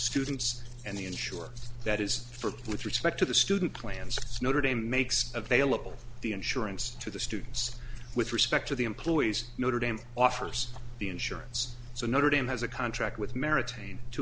students and the insure that is for with respect to the student plans notre dame makes available the insurance to the students with respect to the employees notre dame offers the insurance so notre dame has a contract with merit